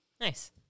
Nice